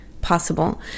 possible